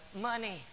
money